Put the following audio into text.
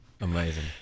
amazing